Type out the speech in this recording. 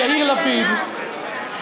יאיר לפיד,